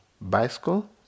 bicycle